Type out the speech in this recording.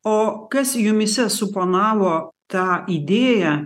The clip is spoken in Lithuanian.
o kas jumyse suponavo tą idėją